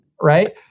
right